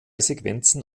sequenzen